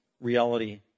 reality